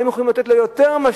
הם יכולים לתת לו יותר ממה